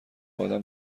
آدم